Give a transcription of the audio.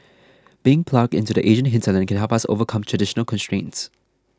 being plugged into the Asian hinterland can help us overcome traditional constraints